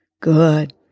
Good